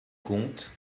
compte